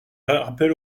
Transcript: rappel